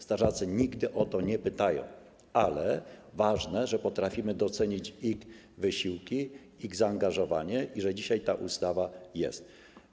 Strażacy nigdy o to nie pytają, ale ważne jest to, że potrafimy docenić ich wysiłki, ich zaangażowanie i że dzisiaj ta ustawa jest.